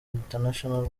international